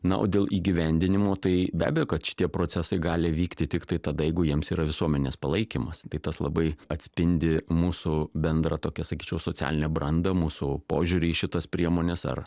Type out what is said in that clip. na o dėl įgyvendinimo tai be abejo kad šitie procesai gali vykti tiktai tada jeigu jiems yra visuomenės palaikymas tai tas labai atspindi mūsų bendrą tokią sakyčiau socialinę brandą mūsų požiūrį į šitas priemones ar